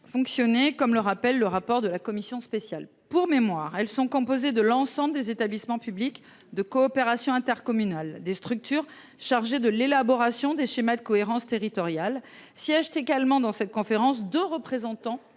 fonctionné comme le rappelle le rapport de la commission spéciale pour mémoire. Elles sont composées de l'ensemble des établissements publics de coopération intercommunale des structures chargées de l'élaboration des schémas de cohérence territoriale siège également dans cette conférence de représentants